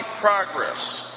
progress